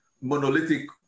monolithic